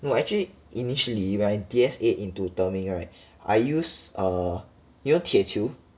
no actually initially when I D_S_A into 德明 right I use err you know 铁球